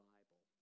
Bible